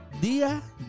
Dia